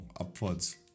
upwards